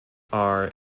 are